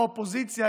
באופוזיציה,